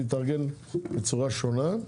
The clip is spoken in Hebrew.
להתארגן בצורה שונה.